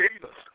Jesus